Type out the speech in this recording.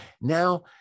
Now